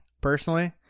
personally